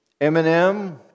Eminem